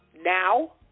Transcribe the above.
now